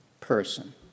person